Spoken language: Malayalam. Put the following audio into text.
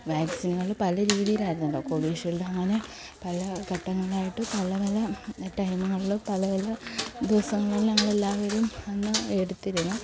വാക്സിനുകൾ പല രീതിയിലായിരുന്നല്ലോ കൊവിഷീൽഡ് അങ്ങനെ പല ഘട്ടങ്ങളിലായിട്ട് പല പല ടൈമുകളിൽ പല പല ദിവസങ്ങളിൽ ഞങ്ങളെല്ലാവരും അന്ന് എടുത്തിരുന്നു